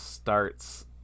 Starts